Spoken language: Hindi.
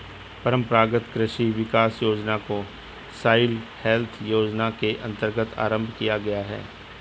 परंपरागत कृषि विकास योजना को सॉइल हेल्थ योजना के अंतर्गत आरंभ किया गया है